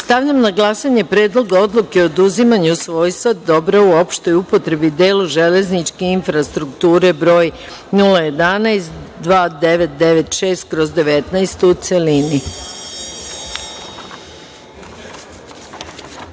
zakona. Stavljam na glasanje Predlog odluke o oduzimanju svojstva dobra u opštoj upotrebi delu železničke infrastrukture (broj 011-2996/19), u